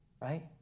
right